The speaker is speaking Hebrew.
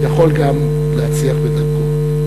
יכול גם להצליח בדרכו.